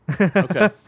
Okay